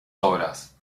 obras